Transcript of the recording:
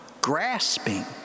grasping